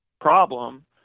problem